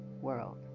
world